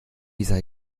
sei